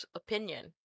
opinion